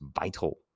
vital